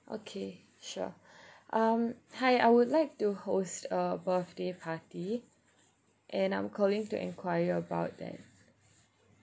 okay sure um hi I would like to host a birthday party and I'm calling to enquire about that